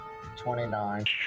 29